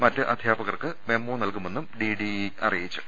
മറ്റ് അധ്യാപകർക്ക് മെമ്മോ നൽകുമെന്ന് ഡിഡിഇ അറി യിച്ചു